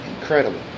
Incredible